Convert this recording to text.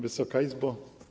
Wysoka Izbo!